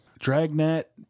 Dragnet